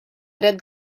dret